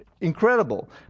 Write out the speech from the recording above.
incredible